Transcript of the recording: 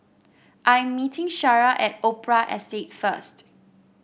I'm meeting Shara at Opera Estate first